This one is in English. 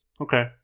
Okay